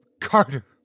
Carter